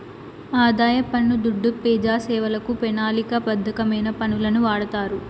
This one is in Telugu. ఆదాయ పన్ను దుడ్డు పెజాసేవలకు, పెనాలిక బద్ధమైన పనులకు వాడతారు